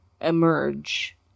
emerge